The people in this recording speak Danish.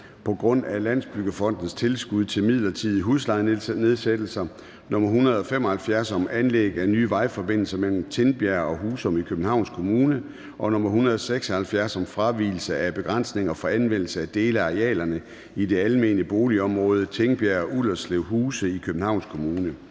på grund af Landsbyggefondens tilskud til midlertidige huslejenedsættelser)), Lovforslag nr. L 175 (Forslag til lov om anlæg af ny vejforbindelse mellem Tingbjerg og Husum i Københavns Kommune) og Lovforslag nr. L 176 (Forslag til lov om fravigelse af begrænsninger for anvendelsen af dele af arealerne i det almene boligområde Tingbjerg/Utterslevhuse i Københavns Kommune).